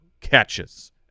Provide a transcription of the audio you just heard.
catches